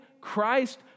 Christ